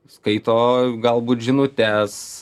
skaito galbūt žinutes